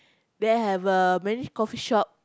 there have uh many coffeeshop